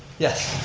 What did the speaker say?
yes,